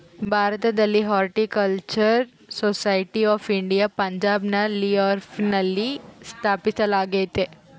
ಭಾರತದಲ್ಲಿ horticultural society of India ಪಂಜಾಬ್ನ ಲಿಯಾಲ್ಪುರ್ನಲ್ಲ ಸ್ಥಾಪಿಸಲಾಗ್ಯತೆ